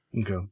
Okay